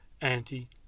Anti